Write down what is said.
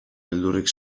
beldurrik